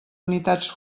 unitats